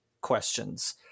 questions